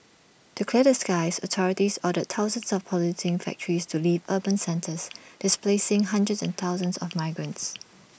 to clear the skies authorities ordered thousands of polluting factories to leave urban centres displacing hundreds of thousands of migrants